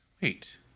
wait